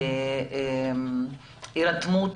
הירתמות.